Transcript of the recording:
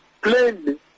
plainly